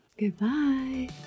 Goodbye